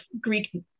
greek